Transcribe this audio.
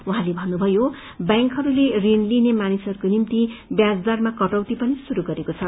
उहाँले भन्नुभयो व्यांकहरूले ऋण लिने मानिसहस्को निम्ति व्याज दरमा कटौती पनि शुरू गरेको छ